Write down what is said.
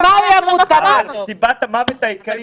אבל סיבת המוות הוא לא קורונה.